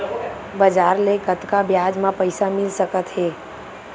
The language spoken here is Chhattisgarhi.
बजार ले कतका ब्याज म पईसा मिल सकत हे?